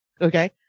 Okay